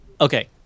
Okay